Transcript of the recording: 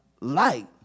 light